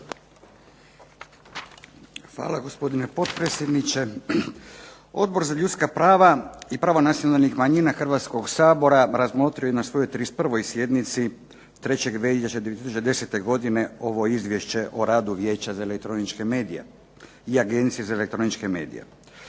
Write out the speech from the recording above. Hvala gospodine potpredsjedniče. Odbor za ljudska prava i prava nacionalnih manjina Hrvatskog sabora raspravio je na svojoj 31. sjednici 3. veljače 2010. godine ovo Izvješće o radu Vijeća za elektroničke medije i Agencije za elektroničke medije.